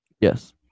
Yes